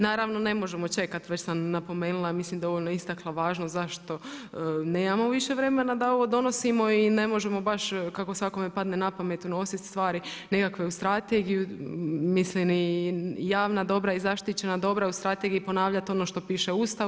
Naravno ne možemo čekati već sam napomenula, mislim dovoljno istakla važnost zašto nemamo više vremena da ovo donosimo i ne možemo baš kako svakome padne napamet unositi stvari, nekakve u strategiju, mislim i javna dobra i zaštićena dobra u strategiji i ponavljati ono što piše u Ustavu.